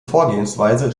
vorgehensweise